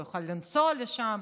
לא יוכל לנסוע לשם,